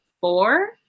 four